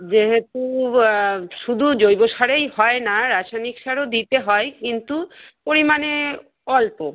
যেহেতু শুধু জৈব সারেই হয় না রাসয়নিক সারও দিতে হয় কিন্তু পরিমাণে অল্প